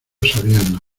sabiendo